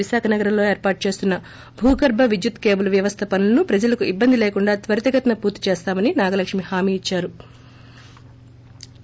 విశాఖ నగరంలో ఏర్పాటు చేస్తున్న భూగర్భ విద్యుత్తు కేబుల్ వ్యవస్థ పనులను ప్రజలకు ఇబ్బంది లేకుండా త్వరితగతిన పూర్తి చేస్తామని నాగలక్ష్మీ హామీ ఇచ్చారు